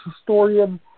historian